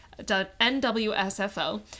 nwsfo